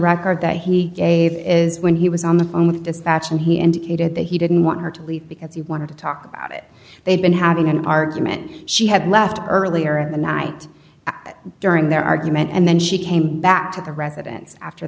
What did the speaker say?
record that he gave is when he was on the phone with dispatch and he indicated that he didn't want her to leave because he wanted to talk about it they've been having an argument she had left earlier in the night during their argument and then she came back to the residence after